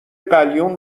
قلیون